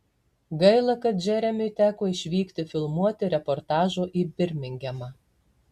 gaila kad džeremiui teko išvykti filmuoti reportažo į birmingemą